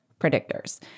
predictors